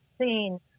seen